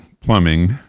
plumbing